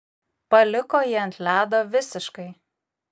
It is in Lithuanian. paliko jį ant ledo visiškai